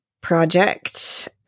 project